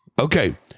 Okay